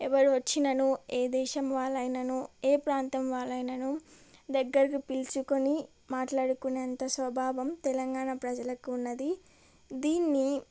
ఎవరు వచ్చినను ఏ దేశం వాళ్ళు అయినను ఏ ప్రాంతం వాళ్ళు అయినను దగ్గరకు పిల్చుకొని మాట్లాడుకునే అంత స్వభావం తెలంగాణ ప్రజలకు ఉన్నది దీన్ని